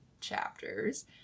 chapters